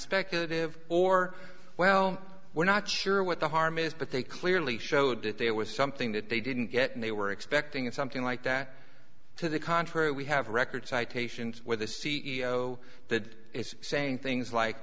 speculative or well we're not sure what the harm is but they clearly showed that there was something that they didn't get and they were expecting something like that to the contrary we have record citations where the c e o did saying things like